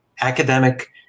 academic